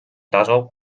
tasub